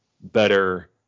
better